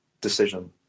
decision